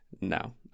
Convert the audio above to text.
no